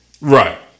Right